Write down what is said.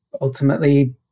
ultimately